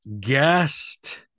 guest